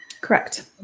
Correct